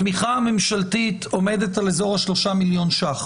התמיכה הממשלתית עומדת על כ-3 מיליון שקל.